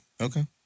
Okay